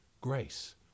grace